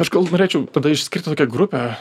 aš gal norėčiau tada išskirti tokią grupę